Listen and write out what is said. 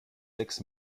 sechs